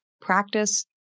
Practice